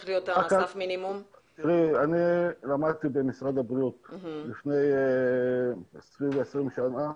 אני למדתי במשרד הבריאות לפני כ-20 שנה,